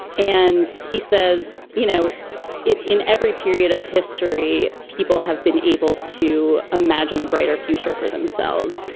and he says, you know it in every period of history, people have been able to imagine a brighter future for themselves.